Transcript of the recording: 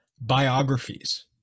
biographies